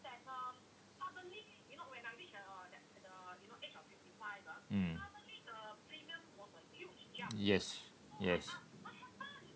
mm yes yes